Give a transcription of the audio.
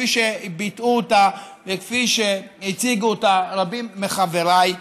כפי שביטאו אותה וכפי שהציגו אותה רבים מחבריי,